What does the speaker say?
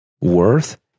worth